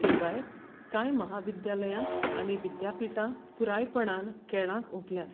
ते भायर कांय म्हाविद्यालयां आनी विद्यापिठां पुरायपणान खेळाक ओंपल्यांत